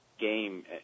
game